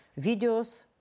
videos